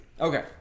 Okay